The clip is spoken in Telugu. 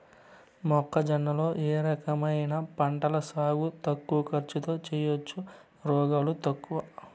మొక్కజొన్న లో ఏ రకమైన పంటల సాగు తక్కువ ఖర్చుతో చేయచ్చు, రోగాలు తక్కువ?